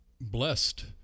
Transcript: blessed